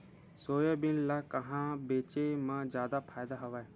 Soybean ल कहां बेचे म जादा फ़ायदा हवय?